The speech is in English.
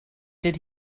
did